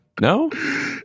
No